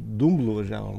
dumblu važiavom